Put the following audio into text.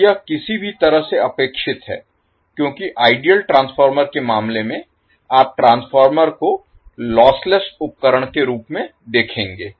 अब यह किसी भी तरह से अपेक्षित है क्योंकि आइडियल ट्रांसफार्मर के मामले में आप ट्रांसफार्मर को लॉसलेस उपकरण के रूप में लेंगे